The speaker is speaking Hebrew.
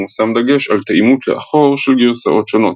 ומושם דגש על תאימות־לאחור של גרסאות שונות.